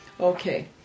Okay